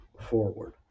forward